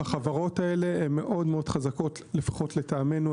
החברות האלה מאוד חזקות לפחות לטעמנו,